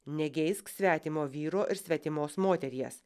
negeisk svetimo vyro ir svetimos moteries